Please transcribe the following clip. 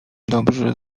dobrze